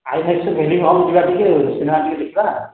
ଆଇନକ୍ସରେ film hall କୁ ଯିବା ଟିକେ ସିନେମା ଟିକେ ଦେଖିବା